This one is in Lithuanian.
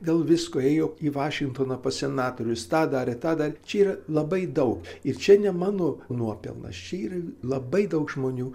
dėl visko ėjo į vašingtoną pas senatorius tą darė tą darė čia yra labai daug ir čia ne mano nuopelnas čia yra labai daug žmonių